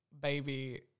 Baby